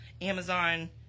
Amazon